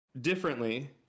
differently